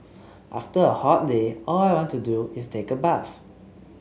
after a hot day all I want to do is take a bath